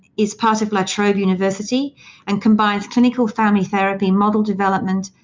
is part of la trobe university and combines clinical family therapy, model development,